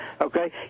okay